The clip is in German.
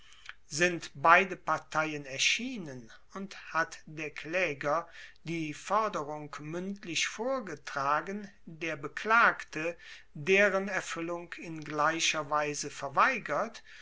sind beide parteien erschienen und hat der klaeger die forderung muendlich vorgetragen der beklagte deren erfuellung in gleicher weise verweigert